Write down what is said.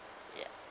ya